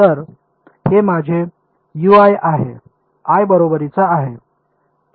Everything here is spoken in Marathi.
तर हे माझे आहे i बरोबरीचा आहे